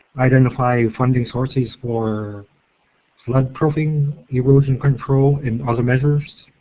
identify funding sources for flood proofing, erosion control, and other measures.